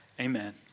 Amen